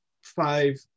five